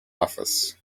office